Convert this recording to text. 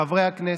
חברי הכנסת,